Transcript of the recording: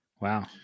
wow